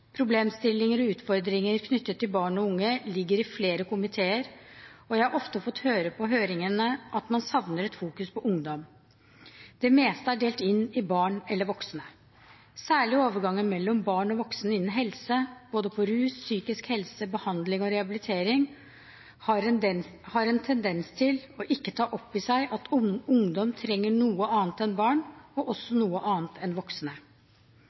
Problemstillinger og utfordringer knyttet til barn og unge ligger under flere komiteer, og jeg har ofte fått høre på høringene at man savner et fokus på ungdom. Det meste er delt inn i barn eller voksne. Særlig når det gjelder overgangen mellom barn og voksen innen helse – med tanke på både rus, psykisk helse, behandling og rehabilitering – har man en tendens til ikke å ta inn over seg at ungdom trenger noe annet enn barn, og også noe annet enn voksne.